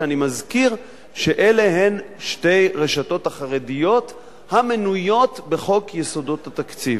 ואני מזכיר שאלה הן שתי הרשתות החרדיות המנויות בחוק יסודות התקציב.